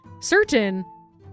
certain